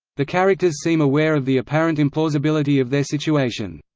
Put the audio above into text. the characters seem aware of the apparent implausibility of their situation.